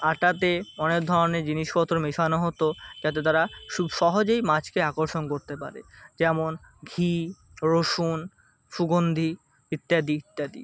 আটাতে অনেক ধরনের জিনিসপত্র মেশানো হতো তাতে তারা সু সহজেই মাছকে আকর্ষণ করতে পারে যেমন ঘি রসুন সুগন্ধি ইত্যাদি ইত্যাদি